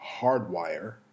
Hardwire